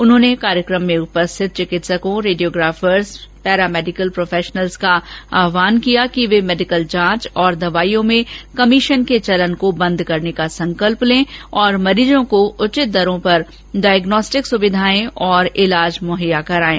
उन्होंने कार्यक्रम में उपस्थित चिकित्सक रेडिगोग्राफर्स पैरामेडिकल प्रोफेशनल्स का आस्वान किया कि वे मेडिकल जांच और दवाईयों में कमीशन के चलन को बन्द करने का संकल्प लें और मरीजों को उचित दरों पर डायग्नोस्टिक सुविधाएं तथा इलाज मुहैया कराएं